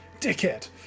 dickhead